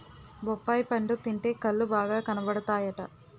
బొప్పాయి పండు తింటే కళ్ళు బాగా కనబడతాయట